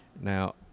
Now